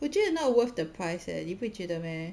我觉得 not worth the price leh 你不会觉得 meh